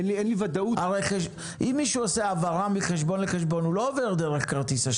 אם מישהו עושה העברה מחשבון לחשבון הוא לא עובר דרך כרטיס האשראי.